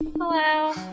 Hello